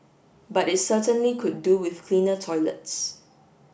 but it certainly could do with cleaner toilets